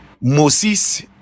moses